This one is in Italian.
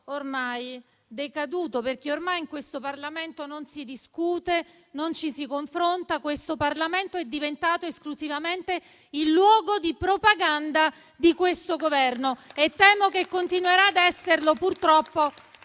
è decaduto, perché ormai in questo Parlamento non si discute e non ci si confronta. Il Parlamento è diventato esclusivamente il luogo di propaganda di questo Governo e temo che purtroppo continuerà ad esserlo fino